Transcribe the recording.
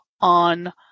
on